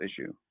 issue